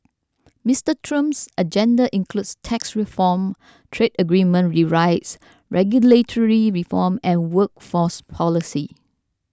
Mister Trump's agenda includes tax reform trade agreement rewrites regulatory reform and workforce policy